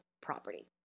property